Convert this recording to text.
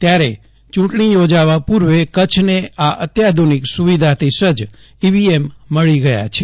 ત્યારે ચૂંટણી યોજાવા પૂર્વે કચ્છને આ અત્યાધુનીક સુવિધાથી સજ્જ ઇવીએમ મળી ગયા છે